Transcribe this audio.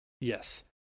Yes